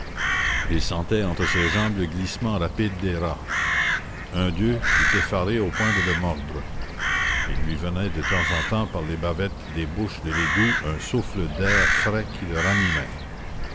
il sentait entre ses jambes le glissement rapide des rats un d'eux fut effaré au point de le mordre il lui venait de temps en temps par les bavettes des bouches de l'égout un souffle d'air frais qui le ranimait